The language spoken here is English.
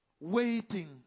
Waiting